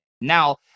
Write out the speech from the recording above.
now